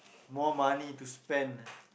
more money to spend